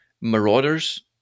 Marauders